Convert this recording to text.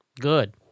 Good